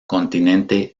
continente